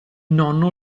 nonno